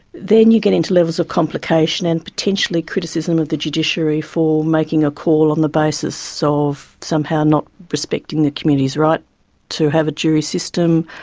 then you get into levels of complication and potentially criticism of the judiciary for making a call on the basis so of somehow not respecting the community's right to have a jury system,